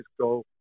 go